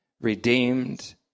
redeemed